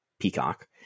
Peacock